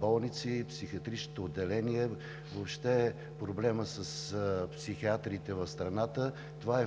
болници, психиатричните отделения, въобще проблемът с психиатриите в страната – това е